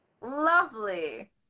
lovely